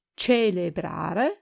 celebrare